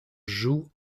joue